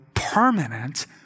permanent